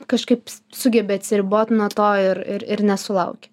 kažkaip sugebi atsiribot nuo to ir ir nesulauki